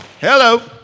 hello